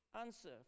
Answer